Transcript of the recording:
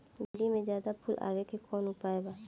भिन्डी में ज्यादा फुल आवे के कौन उपाय बा?